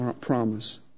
promise